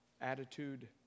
attitude